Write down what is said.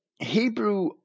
Hebrew